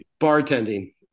Bartending